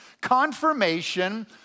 confirmation